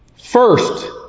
First